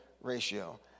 ratio